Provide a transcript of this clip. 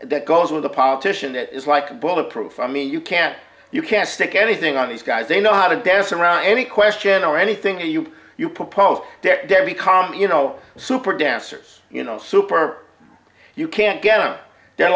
that goes with a politician that is like a bulletproof i mean you can't you can't stick anything on these guys they know how to dance around any question or anything to you you propose to become you know super dancers you know super you can't get out there